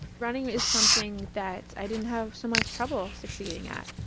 running is something that i didn't have so much trouble succeeding at.